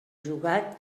jugat